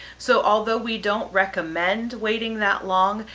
so although we don't recommend waiting that long,